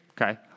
okay